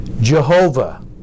Jehovah